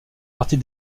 partie